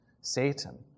Satan